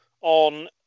on